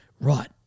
Right